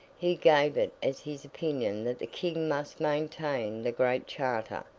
he gave it as his opinion that the king must maintain the great charter,